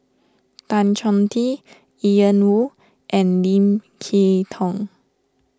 Tan Chong Tee Ian Woo and Lim Kay Tong